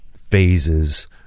phases